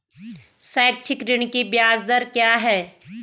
शैक्षिक ऋण की ब्याज दर क्या है?